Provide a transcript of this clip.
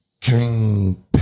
King